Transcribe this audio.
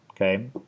okay